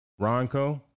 Ronco